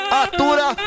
atura